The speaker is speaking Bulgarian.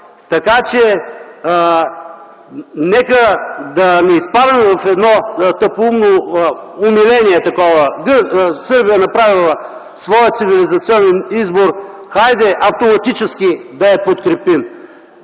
Така, че нека не изпадаме в едно тъпоумно умиление – Сърбия направила своя цивилизационен избор, хайде автоматически да я подкрепим.